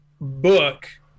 book